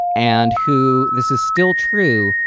and who, this is still true,